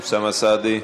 אוסאמה סעדי,